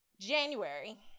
January